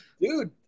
dude